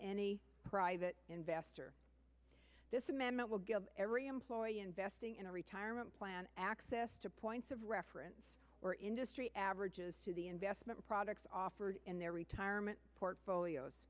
any private investor this amendment will give every employee investing in a retirement plan access to points of reference or industry averages to the investment products offered in their retirement portfolios